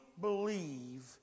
believe